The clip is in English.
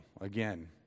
again